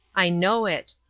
i know it.